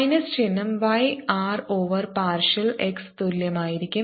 minus ചിഹ്നം y r over partial x തുല്യമായിരിക്കും